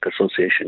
Association